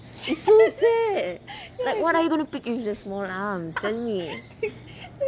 it's so fat what are you going to pick with the small arms